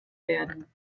werden